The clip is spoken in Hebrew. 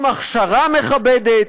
עם הכשרה מכבדת.